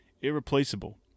Irreplaceable